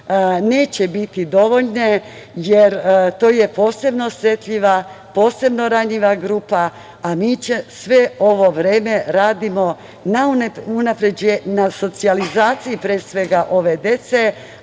neće biti dovoljne, jer to je posebno osetljiva, posebno ranjiva grupa, a mi sve ovo vreme radimo na socijalizaciji ove dece,